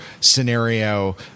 scenario